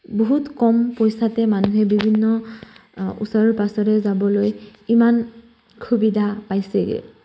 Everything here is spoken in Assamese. বহুত কম পইচাতে মানুহে বিভিন্ন ওচৰৰ পাজৰে যাবলৈ ইমান সুবিধা পাইছেগে